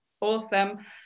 Awesome